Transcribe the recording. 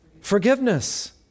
Forgiveness